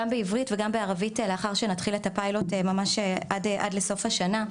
בעברית וגם בערבית לאחר שנתחיל את הפיילוט ממש עד לסוף השנה.